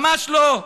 ממש לא.